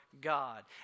God